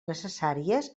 necessàries